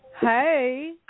Hey